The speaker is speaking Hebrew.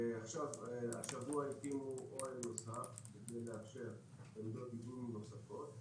השבוע הקימו אוהל נוסף בכדי לאפשר עמדות דיגום נוספות.